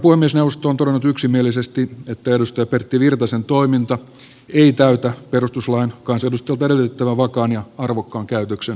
eduskunnan puhemiesneuvosto on todennut yksimielisesti että edustaja pertti virtasen toiminta ei täytä perustuslain kansanedustajalta edellytettävän vakaan ja arvokkaan käytöksen vaatimusta